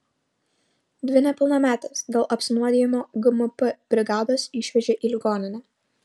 dvi nepilnametes dėl apsinuodijimo gmp brigados išvežė į ligoninę